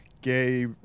gay